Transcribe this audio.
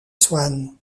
swann